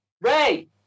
Ray